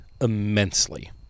immensely